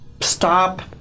stop